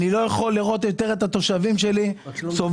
אני לא יכול לראות יותר את התושבים שלי סובלים,